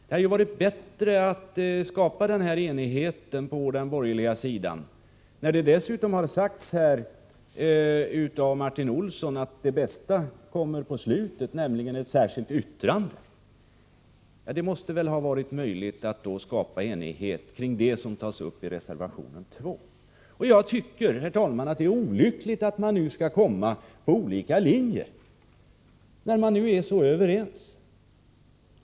Det hade varit bättre om man skapat enighet på den borgerliga sidan, då det dessutom har sagts här av Martin Olsson att det bästa kommer på slutet, nämligen i ett särskilt yrkande. Nog måste det väl ha varit möjligt att skapa enighet kring det som tas upp i reservation 2. Herr talman! Jag tycker att det är olyckligt att vi skall hamna på två olika linjer, när vi nu är så överens.